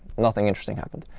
nothing interesting happened.